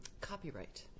copyright